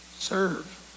serve